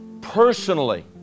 Personally